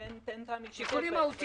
אין טעם להמשיך בהם.